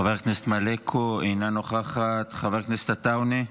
חברת הכנסת מלקו, אינה נוכחת; חבר הכנסת עטאונה,